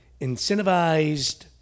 incentivized